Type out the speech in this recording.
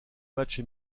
matches